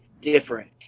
different